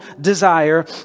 desire